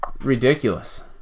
ridiculous